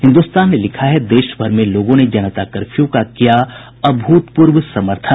हिन्दुस्तान ने लिखा है देशभर में लोगों ने जनता कर्फ्यू का किया अभूतपूर्व समर्थन